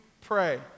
pray